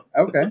Okay